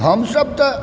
हमसब तऽ